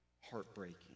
heartbreaking